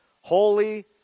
holy